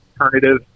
alternative